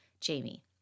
Jamie